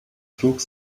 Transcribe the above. trug